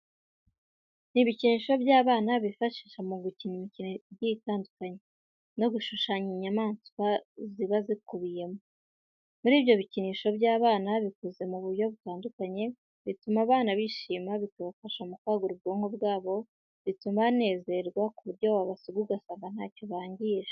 Ni ibikinisho by'abana bifashisha mu gukina imikino igiye itandukanye no gushushanya inyamatswa zaba zikubiyemo. Muri ibyo bikinisho by'abana bikoze mu buryo bugiye butandukanye bituma abana bishima bikabafasha mu kwagura ubwonko bwabo bituma banezerwa ku buryo wabasiga ugasanga ntacyo bangije.